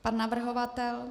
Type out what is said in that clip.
Pan navrhovatel?